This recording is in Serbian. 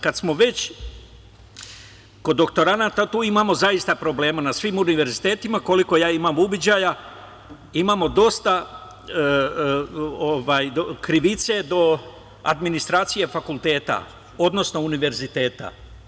Kad smo već kod doktoranata, tu imamo zaista problema na svim univerzitetima, koliko ja imam uviđaja, imamo dosta krivice do administracije fakulteta, odnosno univerziteta.